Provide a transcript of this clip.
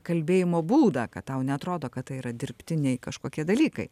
kalbėjimo būdą kad tau neatrodo kad tai yra dirbtiniai kažkokie dalykai